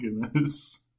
goodness